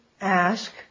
ask